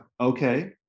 okay